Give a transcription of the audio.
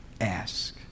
ask